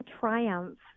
triumph